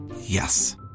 Yes